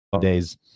days